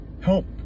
help